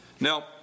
Now